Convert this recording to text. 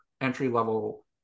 entry-level